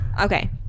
Okay